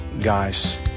guys